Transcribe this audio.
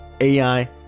AI